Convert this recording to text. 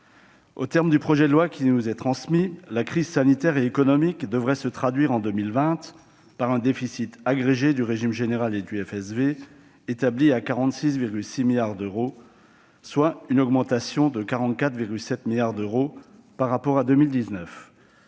aux termes du projet de loi qui nous est transmis, la crise sanitaire et économique devrait se traduire, en 2020, par un déficit agrégé du régime général et du FSV de 46,6 milliards d'euros, ce qui représente une augmentation de 44,7 milliards d'euros par rapport à 2019.